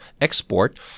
export –